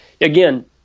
Again